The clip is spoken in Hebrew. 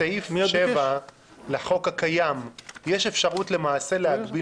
בסעיף 7 לחוק הקיים יש אפשרות להגביל